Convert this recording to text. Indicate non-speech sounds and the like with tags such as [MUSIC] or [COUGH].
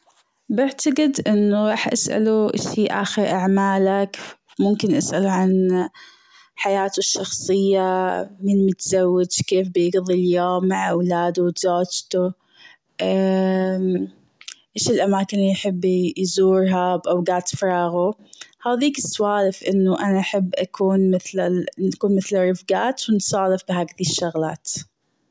بعتجد أنه راح أسأله شي آخر أعمالك ممكن أسأله عن حياته الشخصية مين متزوج كيف بيجضي أيامه مع ولاده وزوجته [HESITATION] شي الأماكن اللي بيحب يزورها بأوقات فراغه هاديك السوالف أنه أنا أحب أكون مثل- نكون مثل الرفقات ونتسولف بهذي الشغلات.